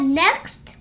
next